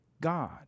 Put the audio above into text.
God